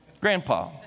Grandpa